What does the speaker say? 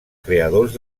creadors